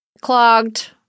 clogged